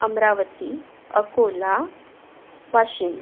Amravati Akola Washim